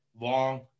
long